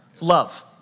Love